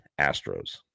Astros